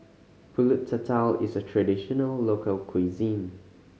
Pulut Tatal is a traditional local cuisine